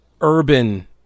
urban